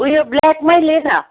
उयो ब्ल्याकमै ले न